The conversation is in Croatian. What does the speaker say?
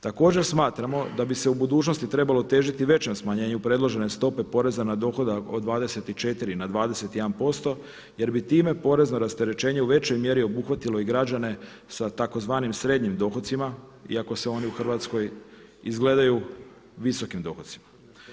Također smatramo da bi se u budućnosti trebalo težiti većem smanjenju predložene stope poreza na dohodak od 24 na 21% jer bi time porezno rasterećenje u većoj mjeri obuhvatilo i građane sa tzv. srednjim dohocima iako se oni u Hrvatskoj izgledaju visokim dohocima.